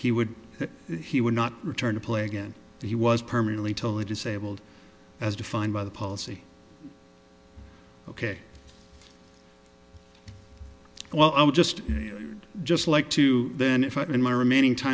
he would that he would not return to play again he was permanently totally disabled as defined by the policy ok well i would just just like to then if i can in my remaining t